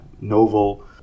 novel